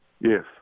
Yes